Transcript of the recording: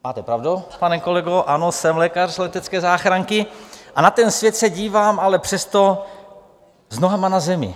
Máte pravdu, pane kolego, ano, jsem lékař z letecké záchranky, a na ten svět se dívám ale přesto s nohama na zemi.